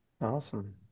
Awesome